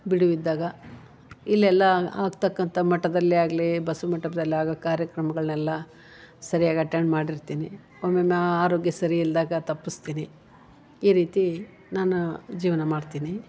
ಬಿಡುವಿದ್ದಾಗ ಇಲ್ಲೆಲ್ಲ ಆಗ್ತಕ್ಕಂಥ ಮಠದಲ್ಲೆ ಆಗಲಿ ಬಸ್ವ ಮಂಟಪ್ದಲ್ಲಿ ಆಗುವ ಕಾರ್ಯಕ್ರಮಗಳನ್ನೆಲ್ಲ ಸರ್ಯಾಗಿ ಅಟೆಂಡ್ ಮಾಡಿರ್ತೀನಿ ಒಮ್ಮೊಮ್ಮೆ ಆರೋಗ್ಯ ಸರಿ ಇಲ್ದಾಗ ತಪ್ಪಸ್ತೀನಿ ಈ ರೀತಿ ನಾನು ಜೀವನ ಮಾಡ್ತೀನಿ